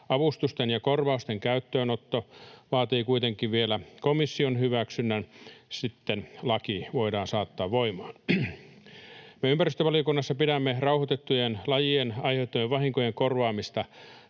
Avustusten ja korvausten käyttöönotto vaatii kuitenkin vielä komission hyväksynnän, sitten laki voidaan saattaa voimaan. Me ympäristövaliokunnassa pidämme rauhoitettujen lajien aiheuttamien vahinkojen korvaamista